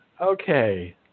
Okay